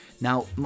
Now